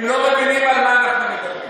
הם לא מבינים על מה אנחנו מדברים,